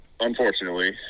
unfortunately